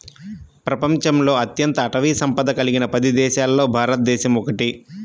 ప్రపంచంలో అత్యంత అటవీ సంపద కలిగిన పది దేశాలలో భారతదేశం ఒకటి